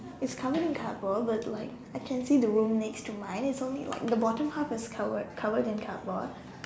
it's covered in cardboard but like I can see the room next to mine it's only like the bottom half is covered covered in cardboard